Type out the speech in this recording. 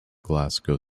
glasgow